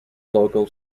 local